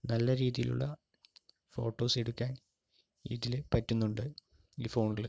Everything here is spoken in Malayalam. നല്ല രീതിലുള്ള ഫോട്ടോസ് എടുക്കാൻ ഇതില് പറ്റുന്നുണ്ട് ഈ ഫോണില്